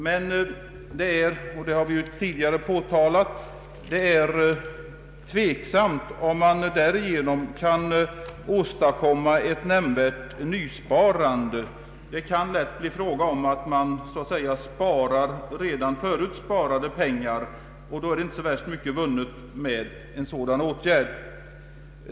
Men det är — och det har vi tidigare påtalat — tveksamt om man därigenom kan åstadkomma ett nämnvärt nysparande. Det kan lätt hända att det så att säga sparas redan förut sparade pengar, och då är inte särskilt mycket vunnet med en sådan åtgärd.